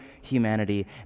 humanity